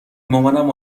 مامانم